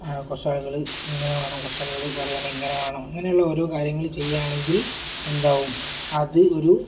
കുറച്ചു ആളുകൾ ഇങ്ങനെ വേണം കുറച്ചു ആളുകൾ പറയുന്ന ഇങ്ങനെ വേണം ഇങ്ങനെയുള്ള ഓരോ കാര്യങ്ങൾ ചെയ്യുകയാണെങ്കിൽ എന്താവും അത് ഒരു